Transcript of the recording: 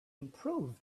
improved